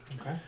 Okay